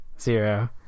Zero